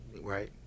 Right